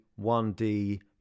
1D